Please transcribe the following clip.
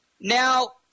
Now